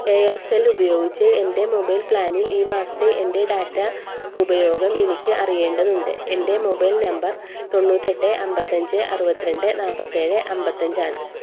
Aircel ഉപയോഗിച്ച് എൻ്റെ mobile പ്ലാനിൽ ഈ മാസത്തെ എൻ്റെ ഡാറ്റ ഉപയോഗം എനിക്ക് അറിയേണ്ടതുണ്ട് എൻ്റെ മൊബൈൽ നമ്പർ തൊണ്ണൂറ്റെട്ട് അൻപത്തഞ്ച് അറുപത്തി രണ്ട് നാൽപത്തി ഏഴ് അൻപത്തി അഞ്ച്